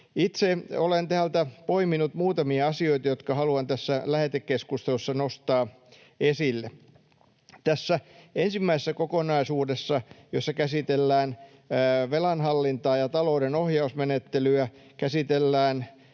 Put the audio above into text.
Itse olen täältä poiminut muutamia asioita, jotka haluan tässä lähetekeskustelussa nostaa esille. Tässä ensimmäisessä kokonaisuudessa, jossa käsitellään velanhallintaa ja talouden ohjausmenettelyä, käsitellään